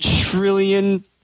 Trillion